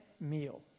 meal